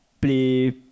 play